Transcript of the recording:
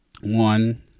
one